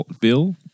Bill